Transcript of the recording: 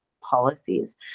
policies